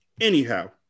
Anyhow